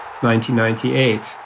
1998